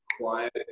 quiet